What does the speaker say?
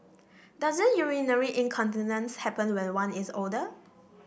doesn't urinary incontinence happen when one is older